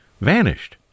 vanished